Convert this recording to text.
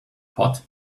pot